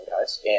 guys